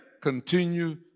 continue